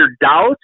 doubt